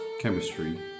chemistry